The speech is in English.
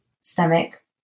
stomach